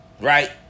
right